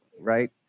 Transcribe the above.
right